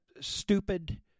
stupid